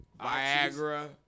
Viagra